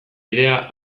bidea